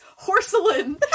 porcelain